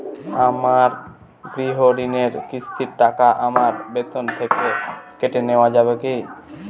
আমার গৃহঋণের কিস্তির টাকা আমার বেতন থেকে কেটে নেওয়া যাবে কি?